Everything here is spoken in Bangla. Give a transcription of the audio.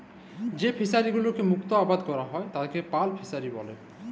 যেই ফিশারি গুলোতে মুক্ত আবাদ ক্যরা হ্যয় তাকে পার্ল ফিসারী ব্যলে